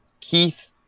Keith